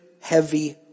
heavy